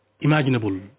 imaginable